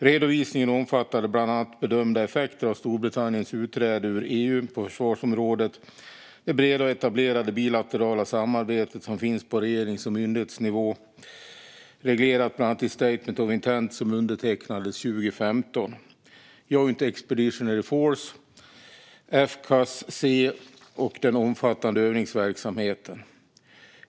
Redovisningen omfattade bland annat bedömda effekter av Storbritanniens utträde ur EU på försvarsområdet, det breda och etablerade bilaterala samarbetet som finns på regerings och myndighetsnivå, reglerat bland annat i Statement of Intent som undertecknades 2015, Joint Expeditionary Force, FCAS-C och den omfattande övningsverksamheten.